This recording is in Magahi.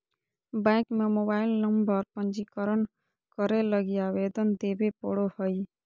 बैंक में मोबाईल नंबर पंजीकरण करे लगी आवेदन देबे पड़ो हइ